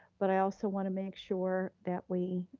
but i also wanna make sure that we